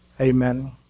Amen